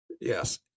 Yes